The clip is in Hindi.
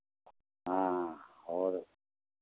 हाँ और